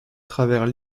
travers